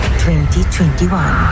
2021